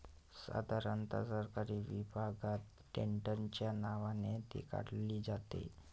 साधारणता सरकारी विभागात टेंडरच्या नावाने ती काढली जाते